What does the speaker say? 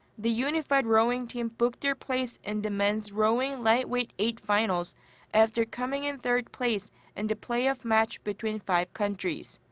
the unified rowing team booked their place in the men's rowing lightweight eight finals after coming in third place in the playoff match between five countries.